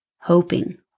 hoping